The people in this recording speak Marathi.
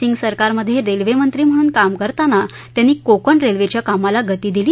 सिंग सरकारमधे रेल्वेमंत्री म्हणून काम करताना त्यांनी कोकण रेल्वेच्या कामाला गती दिली